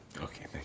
Okay